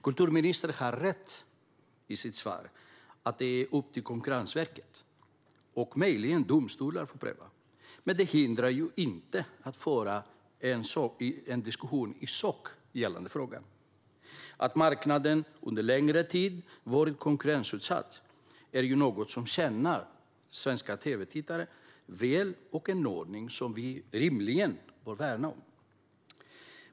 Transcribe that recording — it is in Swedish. Kulturministern har rätt i sitt svar att det är upp till Konkurrensverket och möjligen domstolar att pröva, men det hindrar ju inte att vi för en diskussion i sak gällande frågan. Att marknaden under längre tid varit konkurrensutsatt är något som tjänar svenska tv-tittare väl och en ordning som vi rimligen bör värna om.